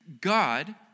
God